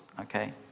Okay